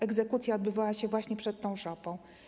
Egzekucja odbywała się właśnie przed tą szopą.